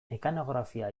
mekanografia